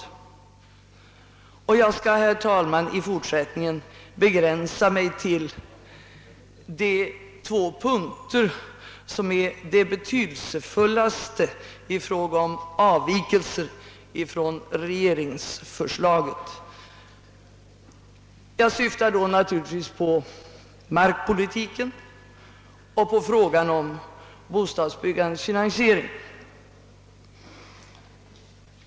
Herr talman! Jag skall i fortsättningen begränsa mig till de två punkter som är betydelsefullast rörande avvikelserna från regeringens förslag och syftar då naturligtvis på markpolitiken och frågan om bostadsbyggandets finansiering.